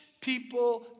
people